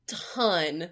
ton